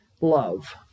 love